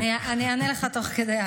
אני אענה תוך כדי.